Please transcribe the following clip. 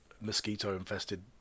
mosquito-infested